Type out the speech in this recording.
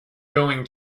going